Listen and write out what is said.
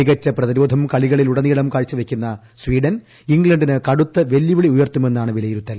മികച്ച പ്രതിരോധം കളികളിലൂടനീളം കാഴ്ചവയ്ക്കുന്ന സ്വീഡൻ ഇംഗ്ലണ്ടിന് കടുത്ത വെല്ലുവിളി ഉയർത്തുമെന്നാണ് വിലയിരുത്തൽ